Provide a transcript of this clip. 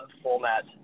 format